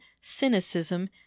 cynicism